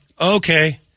Okay